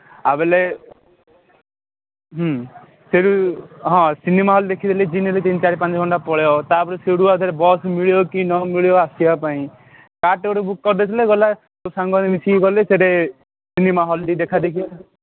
ଆଉ ବେଲେ ହୁଁ ସେଇଠୁ ହଁ ସିନେମା ହଲ୍ ଦେଖିଦେଲି ଦିନରେ ତିନି ଚାରି ପାଞ୍ଚ ଘଣ୍ଟା ପଳାଇବ ତା'ପରେ ସେଇଠୁ ଆଉ ଥରେ ବସ୍ ମିଳିବ କି ନ ମିଳିବ ଆସିବା ପାଇଁ କ୍ୟାବ୍ଟେ ଗୋଟେ ବୁକ୍ କରିଥିଲେ ଗଲା ସବୁ ସାଙ୍ଗ ହେଇକି ମିଶିକି ଗଲେ ସେଇଠି ସିନେମା ହଲ୍ଟି ଦେଖା ଦେଖି